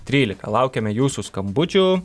trylika laukiame jūsų skambučių